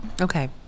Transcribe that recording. Okay